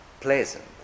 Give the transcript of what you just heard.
pleasant